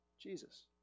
Jesus